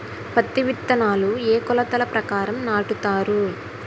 పత్తి విత్తనాలు ఏ ఏ కొలతల ప్రకారం నాటుతారు?